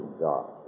God